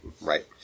Right